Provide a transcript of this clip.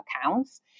accounts